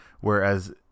Whereas